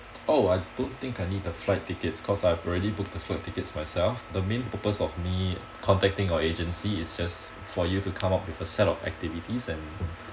oh I don't think I need a flight ticket cause I've already booked the tickets myself the main purpose of me contacting your agency is just for you to come up with a set of activities and